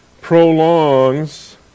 prolongs